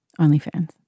OnlyFans